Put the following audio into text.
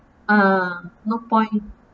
uh no point